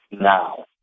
now